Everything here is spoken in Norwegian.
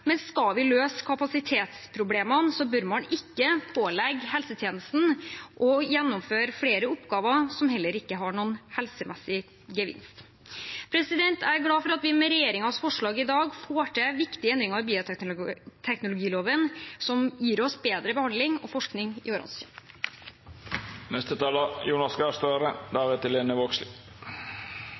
men skal vi løse kapasitetsproblemene, bør man ikke pålegge helsetjenestene å gjennomføre flere oppgaver, som heller ikke har noen helsemessig gevinst. Jeg er glad for at vi med regjeringens forslag i dag får til viktige endringer i bioteknologiloven som gir oss bedre behandling og forskning i